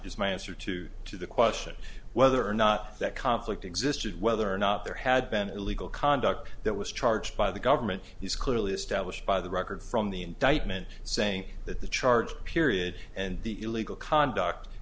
is my answer to to the question whether or not that conflict existed whether or not there had been illegal conduct that was charged by the government is clearly established by the record from the indictment saying that the charge period and the illegal conduct